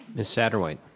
miss saderwhite.